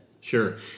Sure